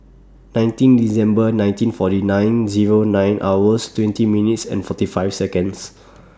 nineteen December nineteen forty nine Zero nine hours twenty minutes and forty five Seconds